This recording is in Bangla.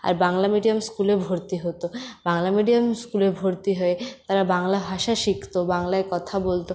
আর বাংলা মিডিয়াম স্কুলে ভর্তি হত বাংলা মিডিয়াম স্কুলে ভর্তি হয়ে তারা বাংলা ভাষা শিখতো বাংলায় কথা বলতো